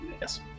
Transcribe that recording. Yes